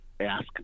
Ask